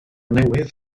newydd